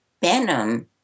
Benham